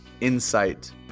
insight